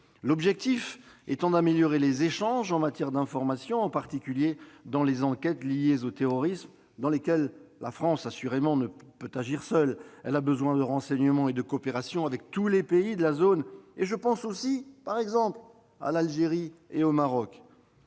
L'objectif est d'améliorer les échanges d'informations, en particulier pour les enquêtes liées au terrorisme dans lesquelles la France ne peut agir seule. Celle-ci a besoin de renseignements et d'une coopération avec tous les pays de la zone. Je pense aussi, par exemple, à l'Algérie et au Maroc.